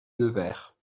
nevers